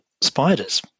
spiders